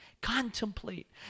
Contemplate